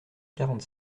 quarante